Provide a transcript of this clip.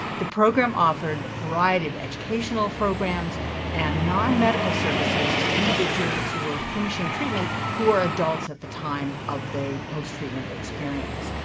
the program offered a variety of educational programs and nonmedical services to individuals who were finishing treatment who were adults at the time of the posttreatment experience.